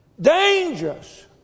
dangerous